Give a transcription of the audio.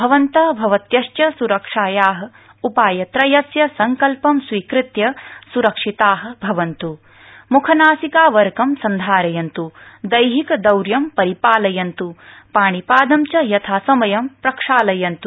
भवन्त भवत्यश्च सुरक्षाया उपायव्रयस्य संकल्पं स्वीकृत्य सुरक्षिता भवन्तु म्खनासिकावरकं सन्धारयन्त् दैहिकदौर्य परिपालयन्त्र पाणिपादं च यथासमयं प्रक्षालयन्तु